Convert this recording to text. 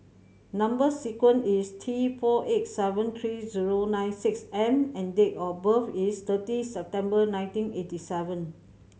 number sequence is T four eight seven three zero nine six M and date of birth is thirty September nineteen eighty seven